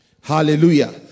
hallelujah